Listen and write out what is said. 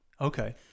Okay